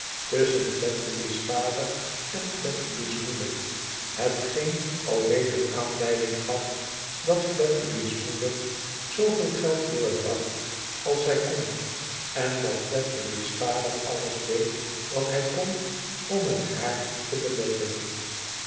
tusschen fledgeby's vader en fiedgeby s moeder hetgeen alweder aanleiding gaf dat fledgebs moeder zooveel geld doorbracht als zij kon en dat fiedgeby s vader alles deed wat hij kon om het haar te beletten